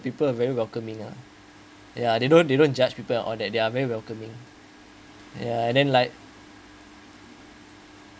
people are very welcoming uh ya they don't they don't judge people and all that they are very welcoming ya and then like